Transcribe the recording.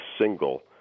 single